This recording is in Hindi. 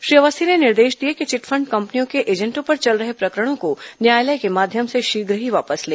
श्री अवस्थी ने निर्देश दिए कि चिटफण्ड कंपनियों के एजेंटों पर चल रहे प्रकरणों को न्यायालय के माध्यम से शीघ्र ही वापस ले